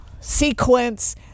sequence